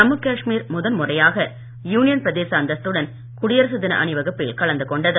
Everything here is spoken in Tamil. ஜம்மூ காஷ்மீர் முதன் முறையாக யூனியன் பிரதேச அந்தஸ்துடன் குடியரசுத் தின அணிவகுப்பில் கலந்து கொண்டது